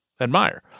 admire